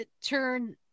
turn